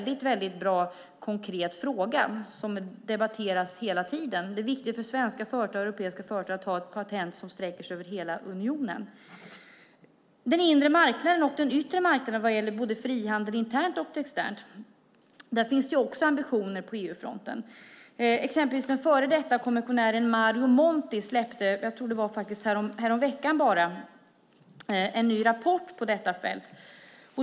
Det är en bra, konkret fråga som debatteras hela tiden. Det är viktigt för svenska och europeiska företag att ha ett patent som sträcker sig över hela unionen. Det finns ambitioner på EU-fronten också för den inre och den yttre marknaden vad gäller frihandel både internt och externt. Exempelvis släppte den före detta kommissionären Mario Monti så sent som häromveckan en ny rapport på detta fält.